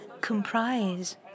comprise